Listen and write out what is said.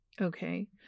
Okay